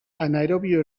anaerobio